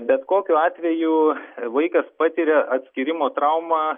bet kokiu atveju vaikas patiria atskyrimo traumą